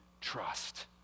trust